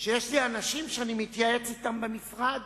יש לי אנשים שאני מתייעץ אתם במשרד